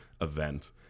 event